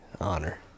honor